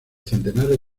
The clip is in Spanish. centenares